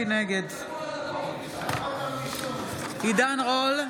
נגד עידן רול,